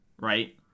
Right